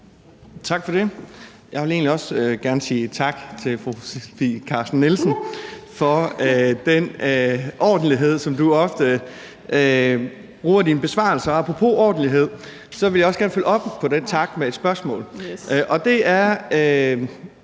Tak for det. Jeg vil egentlig også gerne sige tak til fru Sofie Carsten Nielsen for den ordentlighed, som du ofte udviser i dine besvarelser, og apropos ordentlighed vil jeg også gerne følge op på den tak med et spørgsmål. Og det